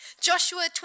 Joshua